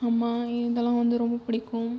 அம்மா இதெல்லாம் வந்து ரொம்ப பிடிக்கும்